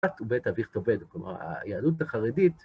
את ובית אביך תאבד, כלומר, היהדות החרדית.